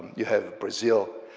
you have brazil,